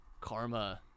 karma